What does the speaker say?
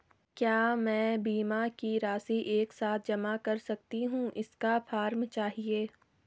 क्या मैं बीमा की राशि एक साथ जमा कर सकती हूँ इसका फॉर्म चाहिए?